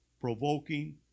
provoking